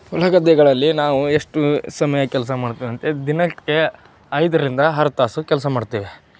ಹೊಲ ಗದ್ದೆಗಳಲ್ಲಿ ನಾವು ಎಷ್ಟು ಸಮಯ ಕೆಲಸ ಮಾಡ್ತೇವಂತೆ ದಿನಕ್ಕೆ ಐದರಿಂದ ಆರು ತಾಸು ಕೆಲಸ ಮಾಡ್ತೇವೆ